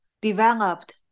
developed